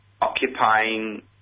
occupying